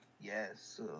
Yes